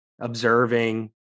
observing